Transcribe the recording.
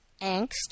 angst